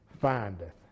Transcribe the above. findeth